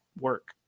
work